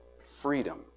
freedom